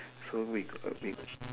so we got we